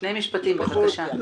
שני משפטים, בבקשה.